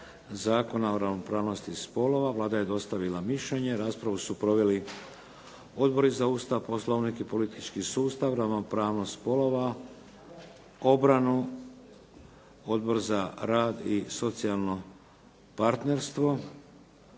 Zakona o ravnopravnosti spolova. Vlada je dostavila mišljenje. Raspravu su proveli odbori za Ustav, Poslovnik i politički sustav, ravnopravnost spolova, obranu, Odbor za rad i socijalno partnerstvo